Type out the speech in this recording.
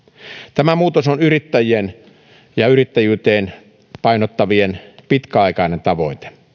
tämä muutos on yrittäjien ja yrittäjyyteen painottavien pitkäaikainen tavoite